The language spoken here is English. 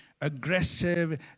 aggressive